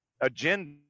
agenda